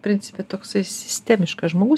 principe toks sistemiškas žmogus